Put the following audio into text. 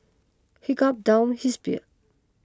he gulpe down his beer